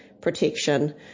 protection